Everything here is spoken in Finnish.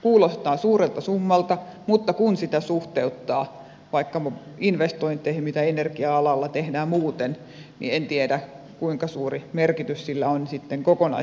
kuulostaa suurelta summalta mutta kun sitä suhteuttaa vaikka niihin investointeihin mitä energia alalla tehdään muuten niin en tiedä kuinka suuri merkitys sillä on sitten kokonaishintaan